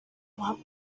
what